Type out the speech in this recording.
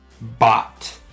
Bot